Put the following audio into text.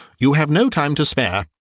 you have no time to spare.